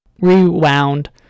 rewound